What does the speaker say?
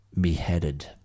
beheaded